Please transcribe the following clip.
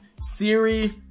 Siri